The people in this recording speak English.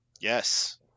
Yes